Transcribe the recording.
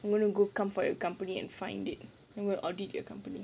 come for your company and find it then we will audit your accompany